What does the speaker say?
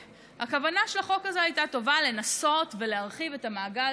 הכוונה של החוק הזה הייתה טובה: לנסות ולהרחיב את המעגל